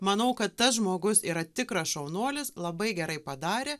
manau kad tas žmogus yra tikras šaunuolis labai gerai padarė